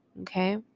okay